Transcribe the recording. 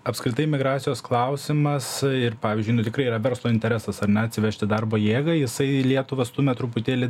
apskritai migracijos klausimas ir pavyzdžiui nu tikrai yra verslo interesas ar ne atsivežti darbo jėgą jisai lietuvą stumia truputėlį